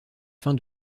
fin